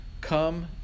come